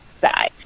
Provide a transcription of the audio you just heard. side